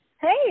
Hey